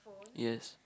yes